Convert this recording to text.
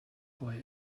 boy